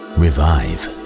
revive